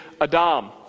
Adam